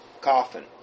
coffin